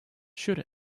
should